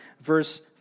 verse